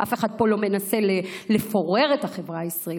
אף אחד פה לא מנסה לפורר את החברה הישראלית.